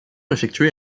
effectuait